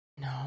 No